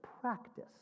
practice